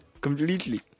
Completely